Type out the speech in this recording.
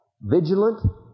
vigilant